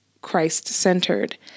Christ-centered